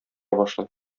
башлый